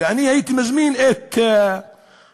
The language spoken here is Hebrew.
ואני הייתי מזמין את הוועדות,